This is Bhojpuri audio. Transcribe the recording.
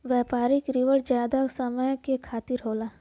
व्यापारिक रिण जादा समय के खातिर होला